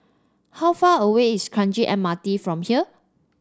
how far away is Kranji M R T from here